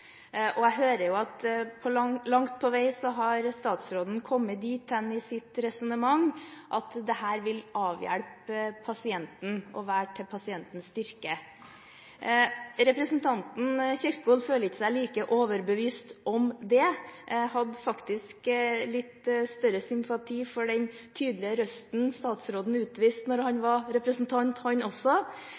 og jeg hører jo at statsråden langt på vei har kommet dit hen i sitt resonnement at dette vil hjelpe pasienten og være en styrke for pasienten. Representanten Kjerkol føler seg ikke like overbevist om det. Jeg hadde faktisk litt større sympati for den tydelige røsten statsråden utviste da også han var representant.